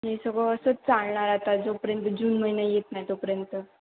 सगळं असंच चालणार आता जोपर्यंत जून महिना येत नाही तोपर्यंत